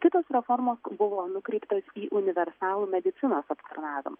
kitos reformos buvo nukreiptos į universalų medicinos aptarnavim